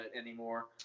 anymore